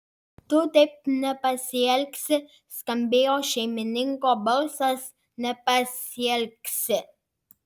tu taip nepasielgsi skambėjo šeimininko balsas nepasielgsi